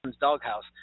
doghouse